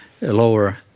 lower